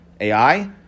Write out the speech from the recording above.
AI